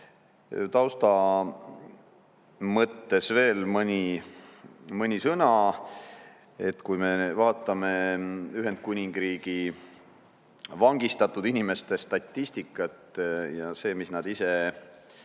Tausta mõttes veel mõni sõna. Kui me vaatame Ühendkuningriigi vangistatud inimeste statistikat ja seda, mis nad ise